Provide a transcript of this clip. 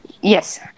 yes